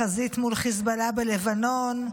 בחזית מול חיזבאללה בלבנון,